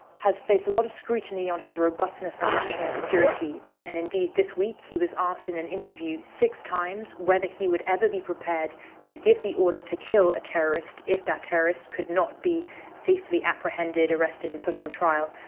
has faced a lot of scrutiny on his robustness on national security. and indeed, this week he was asked in an interview six times whether he would ever be prepared to give the order to kill a terrorist if that terrorist could not be safely apprehended, arrested and put on trial.